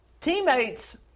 teammates